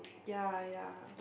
ya ya